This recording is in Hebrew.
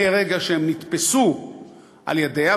מרגע שהם נתפסו בידיה,